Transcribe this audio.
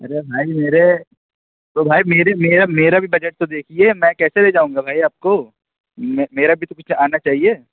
ارے بھائی میرے تو بھائی میرے میرا میرا بھی بجٹ تو دیکھیے میں کیسے لے جاؤں گا بھائی آپ کو میرا بھی تو کچھ آنا چاہیے